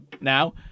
now